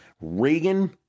reagan